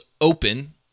open